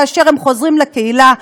כאשר הם חוזרים לקהילה,